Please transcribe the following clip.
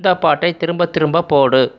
இந்த பாட்டை திரும்ப திரும்ப போடு